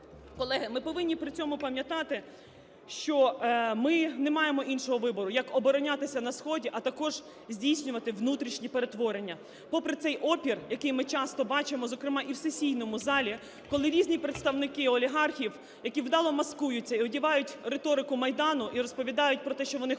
Колеги, ми повинні при цьому пам'ятати, що ми не маємо іншого вибору, як оборонятися на сході, а також здійснювати внутрішні перетворення. Попри цей опір, який ми часто бачимо, зокрема і в сесійному залі, коли різні представники олігархів, які вдало маскуються і одівають риторику Майдану і розповідають про те, що вони хочуть